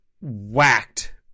whacked